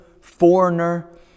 foreigner